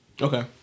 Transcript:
Okay